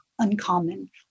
uncommon